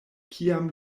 kiam